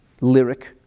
lyric